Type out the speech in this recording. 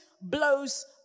blows